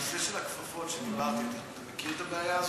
הנושא של הכפפות, אתה מכיר את הבעיה הזאת?